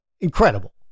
incredible